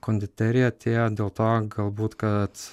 konditerija atėjo dėl to galbūt kad